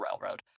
Railroad